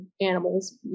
animals